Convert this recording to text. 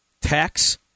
tax